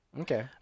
Okay